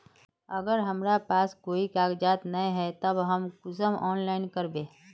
अगर हमरा पास कोई कागजात नय है तब हम कुंसम ऑनलाइन करबे?